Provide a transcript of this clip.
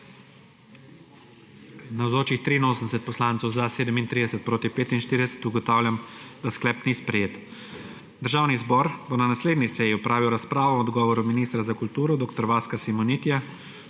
46. (Za je glasovalo 37.) (Proti 46.) Ugotavljam, da sklep ni sprejet. Državni zbor bo na naslednji seji opravil razpravo o odgovoru ministra za kulturo dr. Vaska Simonitija